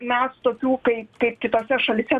mes tokių kaip kaip kitose šalyse